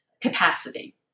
capacity